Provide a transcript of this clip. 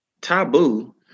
taboo